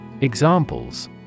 Examples